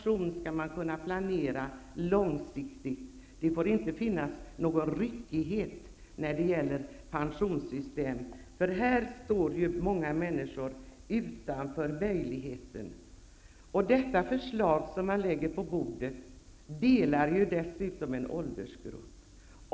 Man skall kunna planera långsiktigt för en pension. När det gäller pensionssystem får det inte finnas en ryckighet som kan innebära att många människor inte erbjuds tidigare erbjudna möjligheter. Förslaget som nu ligger på bordet delar en åldergrupp i två delar.